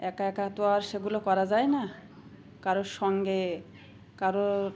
একা একা তো আর সেগুলো করা যায় না কারোর সঙ্গে কারোর